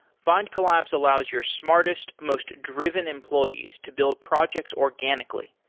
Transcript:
findcollabs allows your smartest, most driven employees to build projects organically.